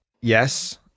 yes